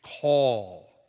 Call